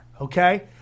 okay